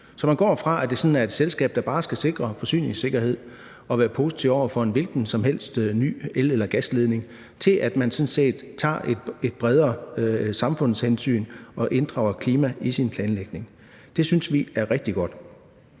Så man går, fra at det sådan er et selskab, der bare skal sikre forsyningssikkerhed og være positiv over for en hvilken som helst ny el- eller gasledning, til at man sådan set tager et bredere samfundshensyn og inddrager klima i sin planlægning. Det synes vi er rigtig godt.